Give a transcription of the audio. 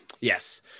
yes